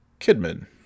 Kidman